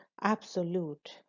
absolute